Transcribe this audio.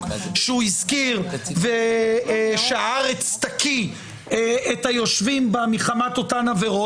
שהוא הזכיר לפיו הארץ תקיא את היושבים בה מחמת אותן העבירות.